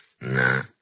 No